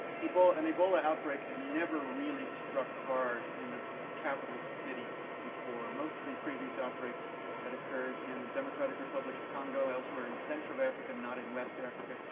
ebola and ebola outbreak had never really struck hard in a capital city before. most of the previous outbreaks had occurred in the democratic republic of congo, elsewhere in central africa, not in west africa.